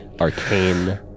arcane